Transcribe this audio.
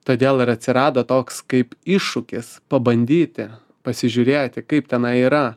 todėl ir atsirado toks kaip iššūkis pabandyti pasižiūrėti kaip tenai yra